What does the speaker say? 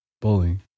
bullying